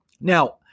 Now